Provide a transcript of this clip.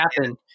happen